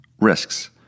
Risks